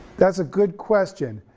that's a good question,